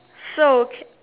so